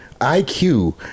IQ